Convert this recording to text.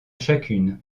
chacune